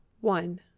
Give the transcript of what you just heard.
one